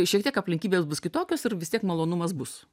šiek tiek aplinkybės bus kitokios ir vis tiek malonumas bus